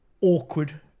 awkward